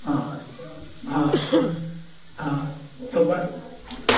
हा हा हा सुभा